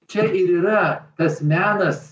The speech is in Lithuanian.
čia ir yra tas menas